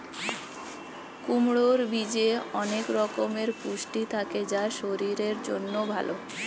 কুমড়োর বীজে অনেক রকমের পুষ্টি থাকে যা শরীরের জন্য ভালো